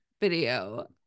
video